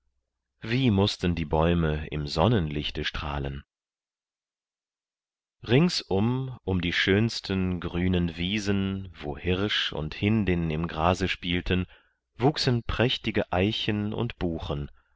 wie mußten die bäume im sonnenlichte strahlen ringsum um die schönsten grünen wiesen wo hirsch und hindin im grase spielten wuchsen prächtige eichen und buchen